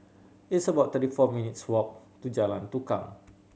it's about thirty four minutes' walk to Jalan Tukang